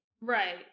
Right